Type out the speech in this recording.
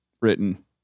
written